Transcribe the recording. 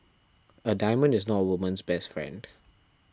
a diamond is not a woman's best friend